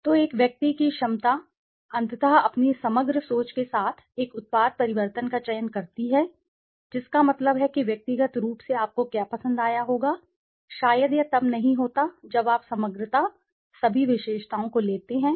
तो व्यक्ति की एक व्यक्ति की क्षमता अंततः अपनी समग्र समग्र सोच के साथ एक उत्पाद परिवर्तन का चयन करती है जिसका मतलब है कि व्यक्तिगत रूप से आपको क्या पसंद आया होगा शायद यह तब नहीं होता जब आप समग्रता सभी विशेषताओं को लेते हैं